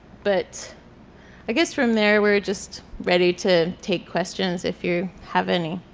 but i guess from there we're just ready to take questions if you have any.